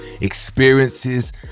Experiences